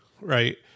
right